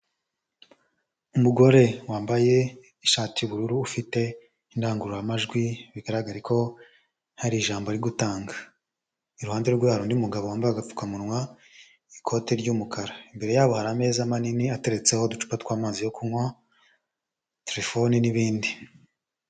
Umugore wambaye ishati y'ubururu, ufite indangururamajwi, bigaragara ko hari ijambo ari gutanga. Iruhande rwarwe hari undi mugabo wambaye agapfukamunwa, ikoti ry'umukara. Imbere yabo hari ameza manini ateretseho uducupa tw'amazi yo kunywa, telefoni n'ibindi.